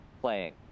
playing